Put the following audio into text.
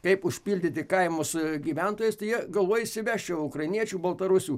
kaip užpildyti kaimus gyventojais tai jie galvoja įsivežčiau ukrainiečių baltarusių